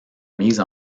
mise